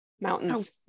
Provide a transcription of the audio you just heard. Mountains